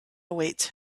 awaits